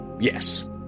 Yes